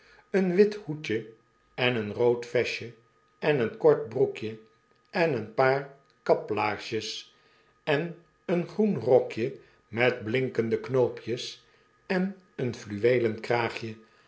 een wit hoedje en een rood vestje eneenkort broekje en een paar kaplaarsjes en een groen rokje met blinkende knoopjes en een fluweelen kraagje